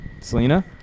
Selena